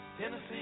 Tennessee